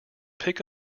pick